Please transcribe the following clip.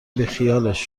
بیخیالش